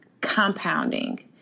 compounding